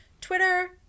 Twitter